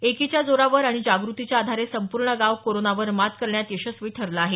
एकीच्या जोरावर आणि जागृतीच्या आधारे संपूर्ण गाव कोरोनावर मात करण्यात यशस्वी ठरलं आहे